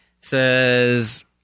says